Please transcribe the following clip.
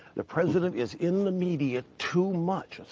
the president is in the media too much.